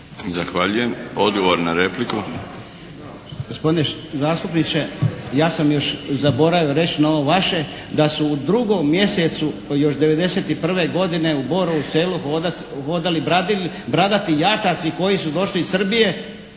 mišljenje. Odgovor na repliku.